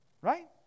Right